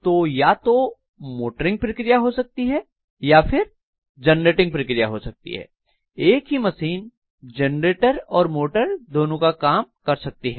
तो या तो मोटरिंग प्रक्रिया हो सकती है या फिर जनरेटिंग प्रक्रिया हो सकती है एक ही मशीन जनरेटर और मोटर दोनों का काम कर सकती है